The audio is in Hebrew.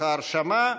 ההרשמה.